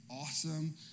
awesome